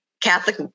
Catholic